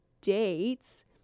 dates